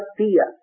fear